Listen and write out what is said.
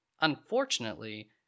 Unfortunately